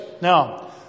Now